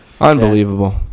unbelievable